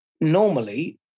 Normally